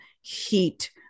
heat